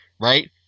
right